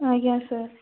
ଆଜ୍ଞା ସାର୍